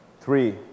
Three